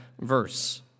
verse